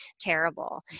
terrible